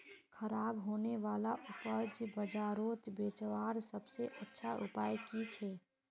ख़राब होने वाला उपज बजारोत बेचावार सबसे अच्छा उपाय कि छे?